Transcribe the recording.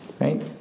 right